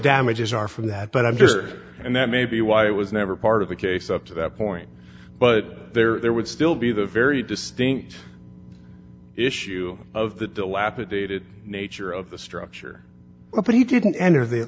damages are from that but i'm just and that may be why it was never part of the case up to that point but there would still be the very distinct issue of the dilapidated nature of the structure but he didn't enter the